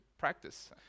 Practice